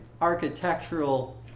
architectural